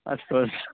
अस्तु अस्तु